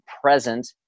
present